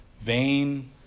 vain